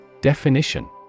Definition